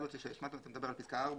פסקה (4)